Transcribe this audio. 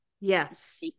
yes